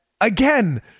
again